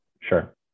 Sure